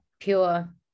Pure